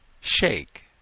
shake